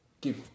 give